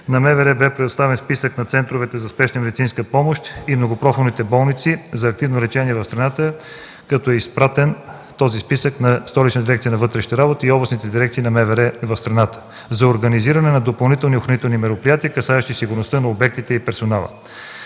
На МВР бе предоставен списък на центровете за спешна медицинска помощ и многопрофилните болници за активно лечение в страната – този списък е изпратен на Столична дирекция на вътрешните работи и областните дирекции на МВР в страната за организиране на допълнителни охранителни мероприятия, касаещи сигурността на обектите и персонала.